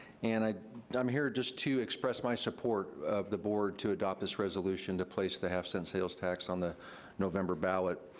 and i mean i'm here just to express my support of the board to adopt this resolution to place the half cent sales tax on the november ballot.